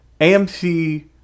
AMC